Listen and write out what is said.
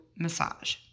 Massage